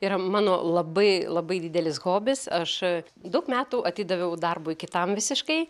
yra mano labai labai didelis hobis aš daug metų atidaviau darbui kitam visiškai